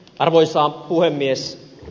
arvoisa puhemies